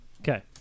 Okay